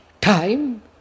time